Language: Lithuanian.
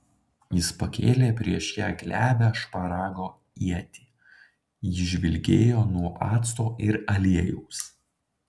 jis pakėlė prieš ją glebią šparago ietį ji žvilgėjo nuo acto ir aliejaus